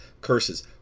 curses